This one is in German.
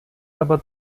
aber